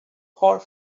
hot